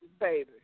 baby